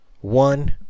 One